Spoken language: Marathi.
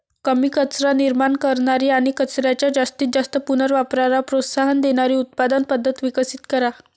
कमी कचरा निर्माण करणारी आणि कचऱ्याच्या जास्तीत जास्त पुनर्वापराला प्रोत्साहन देणारी उत्पादन पद्धत विकसित करा